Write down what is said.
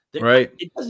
Right